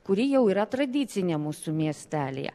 kuri jau yra tradicinė mūsų miestelyje